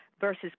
versus